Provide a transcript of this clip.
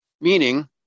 Meaning